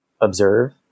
observe